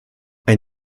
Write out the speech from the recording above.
ein